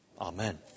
Amen